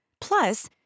Plus